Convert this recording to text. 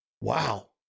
wow